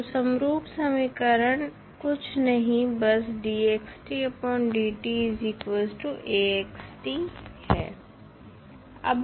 तो समरूप समीकरण कुछ नहीं बस है